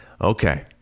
Okay